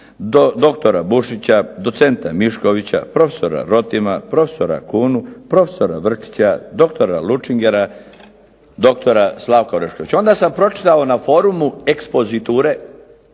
doktora Bušića, docenta Miškovića, profesora Rotima, profesora Kunu, profesora Vrčića, doktora Lučingera, doktora Slavka Oreškovića. Onda sam pročitao na forumu ekspoziture